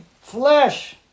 flesh